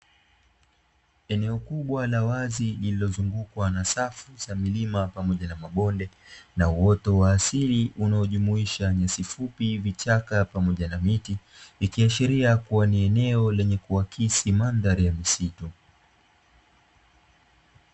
Eneo kubwa la wazi lililozungukwa na safu za milima pamoja na mabonde na uoto wa asili unaojumuisha nyasi fupi, vichaka pamoja na miti ikiashiria kuwa ni eneo lenye kuakisi mandhari ya misitu.